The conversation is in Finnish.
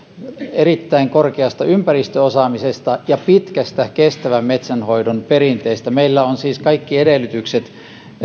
erittäin korkeasta ympäristöosaamisesta ja pitkästä kestävän metsänhoidon perinteestä meillä on siis kaikki edellytykset